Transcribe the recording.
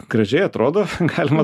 gražiai atrodo galima